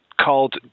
called